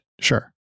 Sure